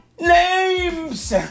Names